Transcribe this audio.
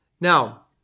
Now